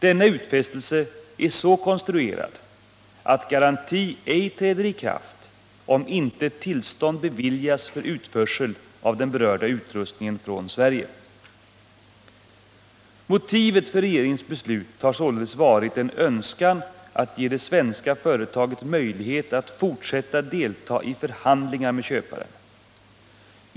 Denna utfästelse är så konstruerad att garanti ej träder i kraft om inte tillstånd beviljas för utförsel av den berörda utrustningen från Sverige. Motivet för regeringens beslut har således varit en önskan att ge det svenska företaget möjlighet att fortsätta delta i förhandlingar med köparen.